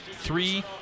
three